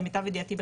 למיטב ידיעתי,